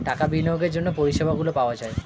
টাকা বিনিয়োগের জন্য পরিষেবাগুলো পাওয়া যায়